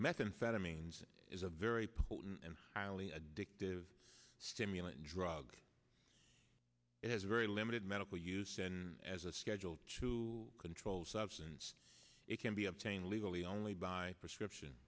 methamphetamines is a very potent and highly addictive stimulant drug it has very limited medical use and as a schedule two controlled substance it can be obtained legally only by prescription